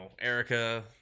Erica